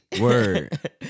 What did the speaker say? Word